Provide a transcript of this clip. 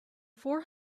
four